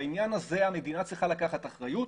בעניין הזה המדינה צריכה לקחת אחריות,